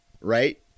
right